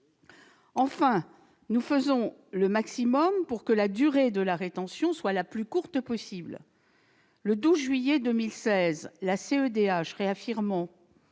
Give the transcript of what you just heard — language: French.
que nous faisons le maximum pour que la durée de la rétention soit la plus courte possible. Le 12 juillet 2016, la Cour européenne